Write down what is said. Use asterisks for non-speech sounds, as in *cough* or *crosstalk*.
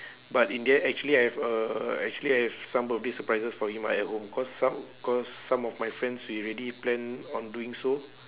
*breath* but in the end actually I have a actually I have some birthday surprises for him ah at home cause some cause some of my friends we already plan on doing so